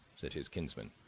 said his kinsman,